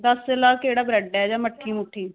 दस्स आह्ला केह्ड़ा ब्रेड ऐ जां मट्ठी